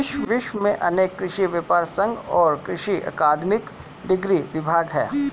विश्व में अनेक कृषि व्यापर संघ और कृषि अकादमिक डिग्री विभाग है